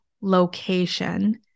location